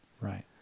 Right